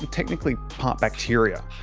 technically, part bacteria.